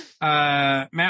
Matt